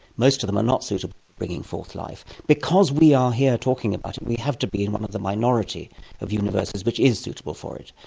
most of them are not suitable for bringing forth life. because we are here talking about it, we have to be one of the minority of universes which is suitable for it.